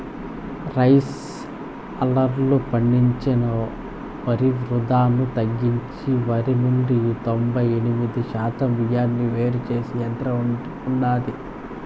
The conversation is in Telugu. రైస్ హల్లర్లు పండించిన వరి వృధాను తగ్గించి వరి నుండి తొంబై ఎనిమిది శాతం బియ్యాన్ని వేరు చేసే యంత్రం ఉన్నాది